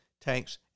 tanks